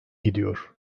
gidiyor